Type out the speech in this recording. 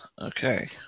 Okay